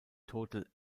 total